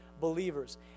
believers